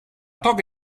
toga